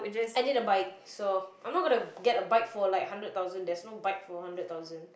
I need a bike so I'm not gonna get a bike for like hundred thousand there's no bike for hundred thousand